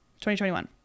2021